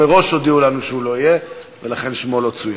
הודיעו לנו מראש שהוא לא יהיה, ולכן שמו לא צוין.